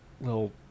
little